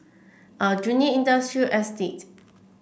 Aljunied Industrial Estate